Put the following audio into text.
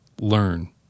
Learn